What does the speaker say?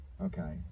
Okay